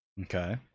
Okay